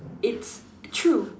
it's true